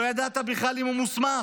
לא ידעת בכלל אם הוא מוסמך,